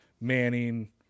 Manning